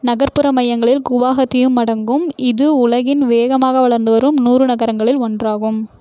நகர்ப்புற மையங்களில் குவஹாத்தியும் அடங்கும் இது உலகின் வேகமாக வளர்ந்து வரும் நூறு நகரங்களில் ஒன்றாகும்